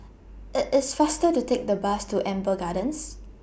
IT IS faster to Take The Bus to Amber Gardens